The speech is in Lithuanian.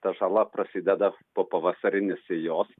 ta žala prasideda po pavasarinės sėjos